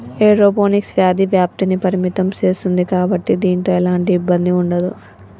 aeroponics వ్యాధి వ్యాప్తిని పరిమితం సేస్తుంది కాబట్టి దీనితో ఎలాంటి ఇబ్బంది ఉండదు